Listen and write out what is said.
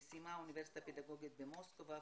סיימה אוניברסיטה פדגוגית, במוסקבה,